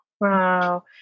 Wow